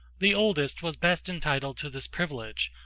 the oldest was best entitled to this privilege,